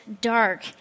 dark